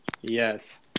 Yes